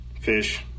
fish